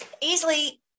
easily